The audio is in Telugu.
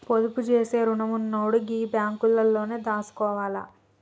పొదుపు జేసే గుణమున్నోడు గీ బాంకులల్లనే దాసుకోవాల